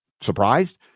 Surprised